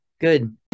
Good